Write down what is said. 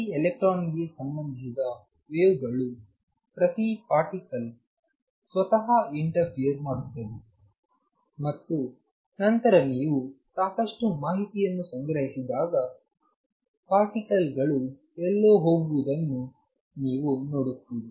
ಪ್ರತಿ ಎಲೆಕ್ಟ್ರಾನ್ಗೆ ಸಂಬಂಧಿಸಿದ ವೇವ್ ಗಳು ಪ್ರತಿ ಪಾರ್ಟಿಕಲ್ ಸ್ವತಃ ಇಂಟರ್ಫಿಯರ್ ಮಾಡುತ್ತದೆ ಮತ್ತು ನಂತರ ನೀವು ಸಾಕಷ್ಟು ಮಾಹಿತಿಯನ್ನು ಸಂಗ್ರಹಿಸಿದಾಗ ಪಾರ್ಟಿಕಲ್ ಗಳು ಎಲ್ಲೋ ಹೋಗುವುದನ್ನು ನೀವು ನೋಡುತ್ತೀರಿ